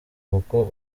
kuko